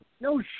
No